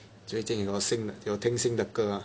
最近有新的有听新的歌吗